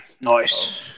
Nice